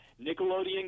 Nickelodeon